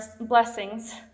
blessings